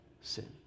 sin